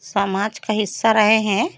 समाज का हिस्सा रहे हैं